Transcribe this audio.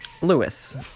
Lewis